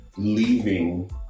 leaving